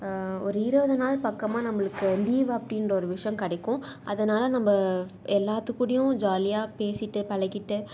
ஒரு இருபது நாள் பக்கமாக நம்பளுக்கு லீவு அப்படின்ற ஒரு விஷயம் கிடைக்கும் அதனால் நம்ப எல்லாத்துக்கூடையும் ஜாலியாக பேசிகிட்டு பழகிகிட்டு